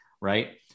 Right